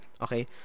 Okay